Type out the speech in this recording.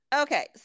Okay